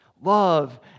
Love